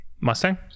Mustang